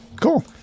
cool